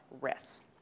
risks